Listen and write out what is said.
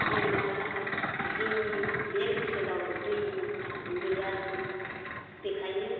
जेंना जोंनि बे ओसोलाव दैनि गैया बेखायनो